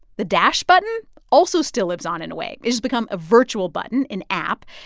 the dash button also still lives on in a way. it's become a virtual button, an app.